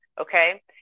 okay